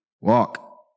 walk